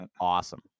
awesome